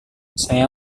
saya